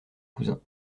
cousin